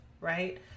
right